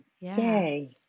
yay